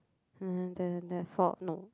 four no